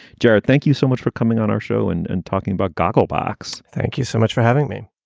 jared, thank you so much for coming on our show and and talking about gogglebox thank you so much for having me